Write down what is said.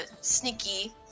sneaky